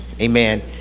amen